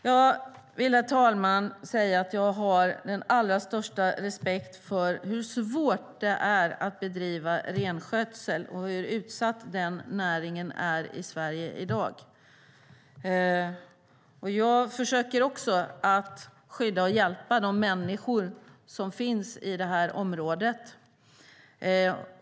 Jag vill, herr talman, säga att jag har den allra största respekt för hur svårt det är att bedriva renskötsel och för hur utsatt den näringen är i Sverige i dag. Jag försöker också skydda och hjälpa de människor som finns i det här området.